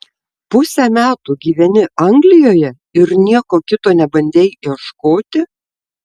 pusę metų gyveni anglijoje ir nieko kito nebandei ieškoti